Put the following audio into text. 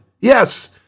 Yes